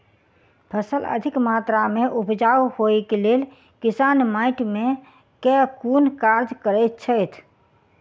फसल अधिक मात्रा मे उपजाउ होइक लेल किसान माटि मे केँ कुन कार्य करैत छैथ?